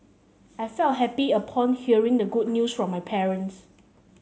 I felt happy upon hearing the good news from my parents